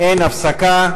אין הפסקה.